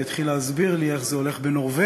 והתחיל להסביר לי איך זה הולך בנורבגיה.